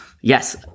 yes